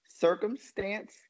circumstance